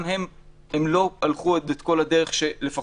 גם הם עוד לא הלכו את כל הדרך שלפחות